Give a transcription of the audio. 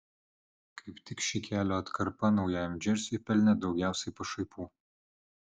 kaip tik ši kelio atkarpa naujajam džersiui pelnė daugiausiai pašaipų